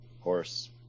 Horse